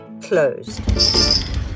closed